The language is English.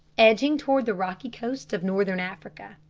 edging toward the rocky coast of northern africa.